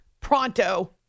pronto